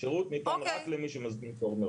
השרות ניתן רק למי שמזמין תור מראש.